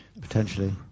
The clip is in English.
Potentially